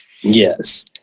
Yes